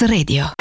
Radio